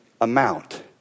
amount